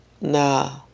Nah